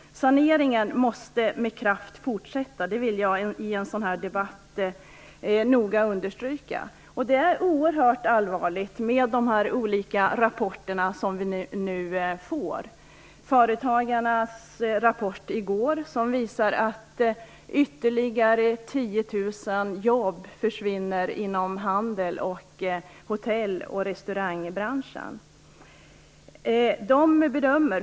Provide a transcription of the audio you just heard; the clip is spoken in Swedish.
Saneringen måste fortsätta med kraft. Det vill jag noga understryka i denna debatt. De olika rapporter som nu kommer är oerhört allvarliga. Företagarnas rapport i går som visar att ytterligare 10 000 jobb kommer att försvinna inom handel och hotell och restaurangbranschen.